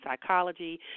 psychology